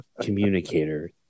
communicator